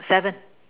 seven